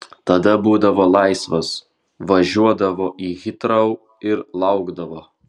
tada būdavo laisvas važiuodavo į hitrou ir laukdavo